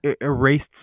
Erased